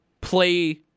play